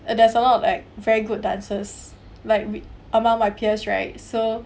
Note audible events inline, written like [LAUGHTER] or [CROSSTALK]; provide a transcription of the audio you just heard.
and there's a lot of like very good dancers like [NOISE] among my peers right so